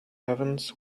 heavens